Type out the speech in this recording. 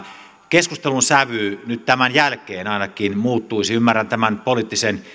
keskustelun sävy nyt tämän jälkeen ainakin muuttuisi ymmärrän tämän poliittisen